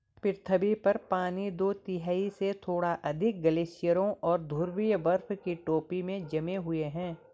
पृथ्वी पर पानी दो तिहाई से थोड़ा अधिक ग्लेशियरों और ध्रुवीय बर्फ की टोपी में जमे हुए है